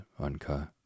uncut